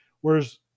Whereas